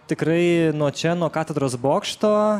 tikrai nuo čia nuo katedros bokšto